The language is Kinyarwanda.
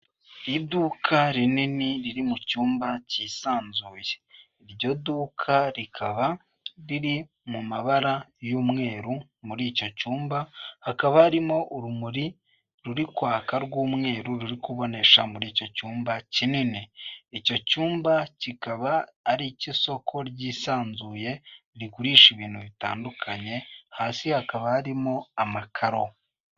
Iduka rinini riri mu cyumba cyisanzuye iryo duka rikaba riri mu mabara y'umweru muri icyo cyumba hakaba harimo urumuri ruri kwaka rw'umweru ruri kubonesha muri icyo cyumba kinini icyo cyumba kikaba ari icyi soko ryisanzuye rigurisha ibintu bitandukanye hasi hakaba harimo amakaro .